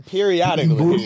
Periodically